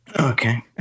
Okay